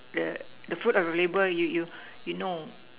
the fruit of labour you know